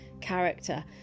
character